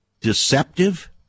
deceptive